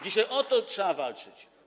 Dzisiaj o to trzeba walczyć.